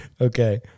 Okay